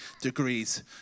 degrees